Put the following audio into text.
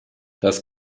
das